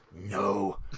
No